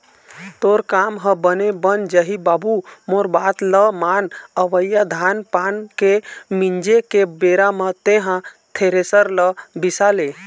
तोर काम ह बने बन जाही बाबू मोर बात ल मान अवइया धान पान के मिंजे के बेरा म तेंहा थेरेसर ल बिसा ले